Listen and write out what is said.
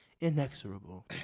inexorable